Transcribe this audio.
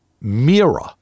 mirror